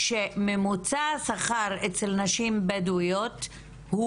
שממוצע השכר אצל נשים בדואיות הוא